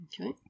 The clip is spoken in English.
Okay